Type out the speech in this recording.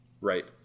right